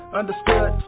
understood